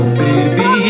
baby